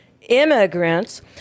immigrants